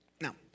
Now